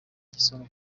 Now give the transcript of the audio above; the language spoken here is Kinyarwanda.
igisonga